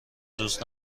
دوست